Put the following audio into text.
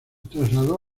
trasladó